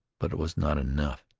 but it was not enough.